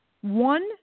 One